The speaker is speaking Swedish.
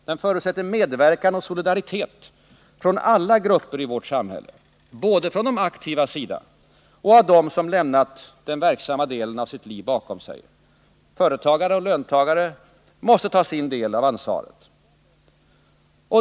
Den förutsätter medverkan och solidaritet från alla grupper i vårt samhälle — både från de aktivas sida och från dem som lämnat den verksamma delen av sitt liv bakom sig. Företagare och löntagare måste ta sin del av ansvaret.